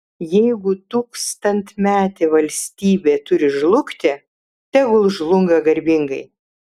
jeigu tūkstantmetė valstybė turi žlugti tegul žlunga garbingai